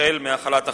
החל מהחלת החוק,